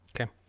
okay